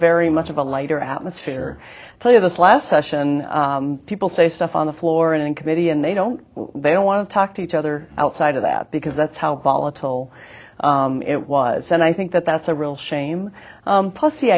very much of a lighter atmosphere tell you this last session people say stuff on the floor in committee and they don't they don't want to talk to each other outside of that because that's how volatile it was and i think that that's a real shame plus the